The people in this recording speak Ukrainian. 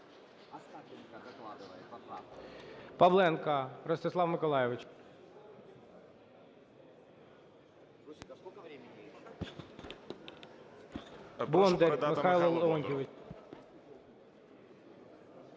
Павленко Ростислав Миколайович. Бондар Михайло Леонтійович.